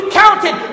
counted